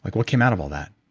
like what came out of all that?